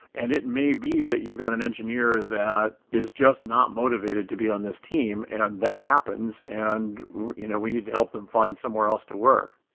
and it may be that you've got an engineer that is just not motivated to be on this team. and that happens and you know we need to help them find somewhere else to work.